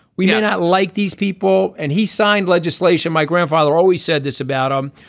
we did not like these people. and he signed legislation my grandfather always said this about him.